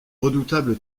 redoutable